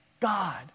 God